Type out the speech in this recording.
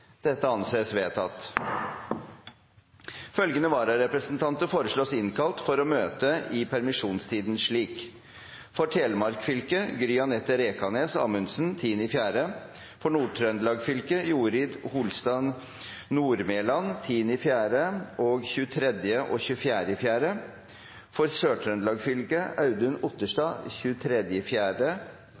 Følgende vararepresentanter innkalles for å møte i permisjonstiden slik: For Telemark fylke: Gry-Anette Rekanes Amundsen 10. april For Nord-Trøndelag fylke: Jorid Holstad Nordmelan 10. april og 23.–24. april For Sør-Trøndelag fylke: Audun Otterstad